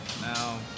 Now